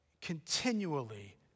continually